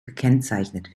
gekennzeichnet